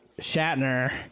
shatner